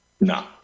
No